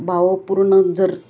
भावपूर्ण जर